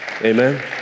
Amen